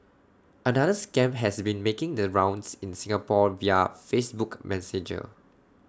another scam has been making the rounds in Singapore via Facebook Messenger